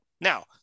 Now